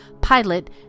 pilot